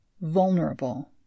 vulnerable